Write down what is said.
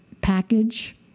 package